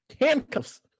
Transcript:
handcuffs